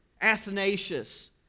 Athanasius